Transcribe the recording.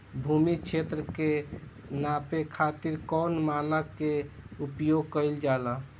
भूमि क्षेत्र के नापे खातिर कौन मानक के उपयोग कइल जाला?